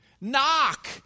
knock